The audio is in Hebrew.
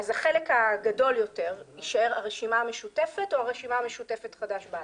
החלק הגדול יותר יישאר הרשימה המשותפת או הרשימה המשותפת חד"ש בל"ד?